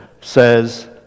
says